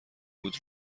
بود